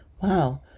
Wow